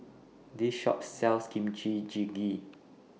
This Shop sells Kimchi Jjigae